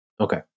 Okay